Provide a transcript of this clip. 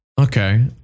Okay